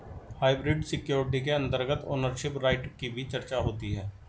hybrid security के अंतर्गत ownership right की भी चर्चा होती है